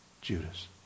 Judas